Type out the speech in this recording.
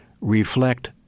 reflect